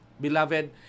Beloved